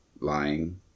Lying